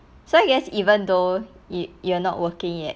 so I guess even though you you're not working yet